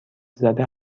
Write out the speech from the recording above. زده